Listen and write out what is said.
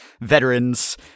veterans